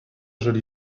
joli